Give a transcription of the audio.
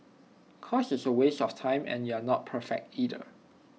cause it's A waste of time and you're not perfect either